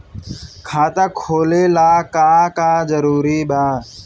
खाता खोले ला का का जरूरी बा?